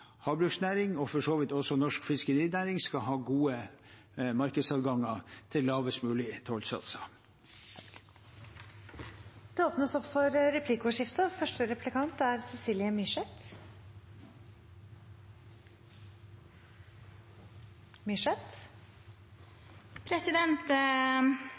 havbruksnæring og for så vidt også norsk fiskerinæring skal ha gode markedsadganger til lavest mulig tollsatser. Det blir replikkordskifte. Nå er